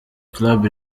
club